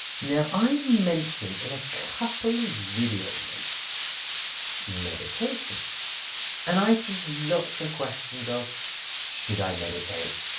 now i've mentioned in a couple of video logs meditation and i see lots of questions of should i meditate?